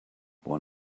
one